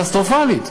קטסטרופלית,